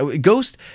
Ghost